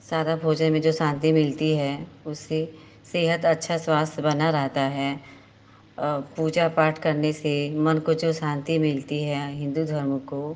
सादा भोजन में जो शान्ति मिलती है उससे सेहत अच्छा स्वास्थ बना रहता है पूजा पाठ करने से मन को जो शान्ति मिलती है हिन्दू धर्म को